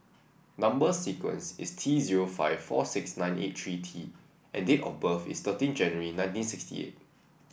number sequence is T zero five four six nine eight three T and date of birth is thirteen January nineteen sixty eight